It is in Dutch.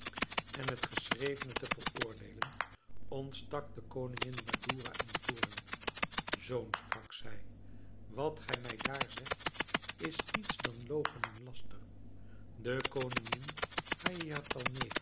en het geschrevene te veroordeelen ontstak de koningin badoura in toorn zoon sprak zij wat gij mij daar zegt is niets dan logen en laster de koningin